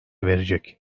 verecek